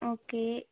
okay